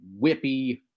whippy